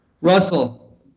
russell